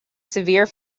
severe